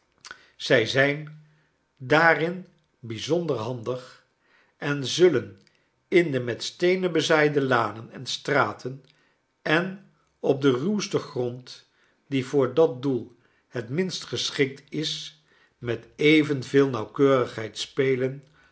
omstreken daarin bijzonder handig en zullen in de met steenen bezaaide lanen en straten en op den ruwsten grond die voor dat doel het minst geschikt is met e venveel nauwkeurigheid spelen